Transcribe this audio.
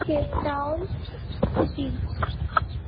cap town city